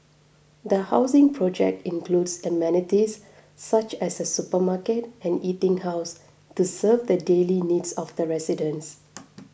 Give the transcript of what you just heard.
the housing project includes amenities such as a supermarket and eating house to serve the daily needs of residents